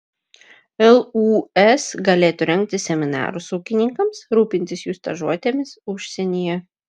lūs galėtų rengti seminarus ūkininkams rūpintis jų stažuotėmis užsienyje